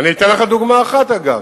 אני אתן לך דוגמה אחת, אגב.